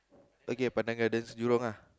okay Pandan Gardens you wrong ah